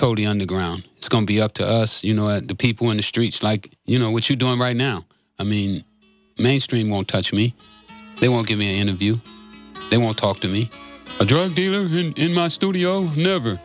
totally on the ground it's going to be up to us you know and the people in the streets like you know what you're doing right now i mean mainstream won't touch me they won't give me interview they won't talk to me a drug dealer in my studio never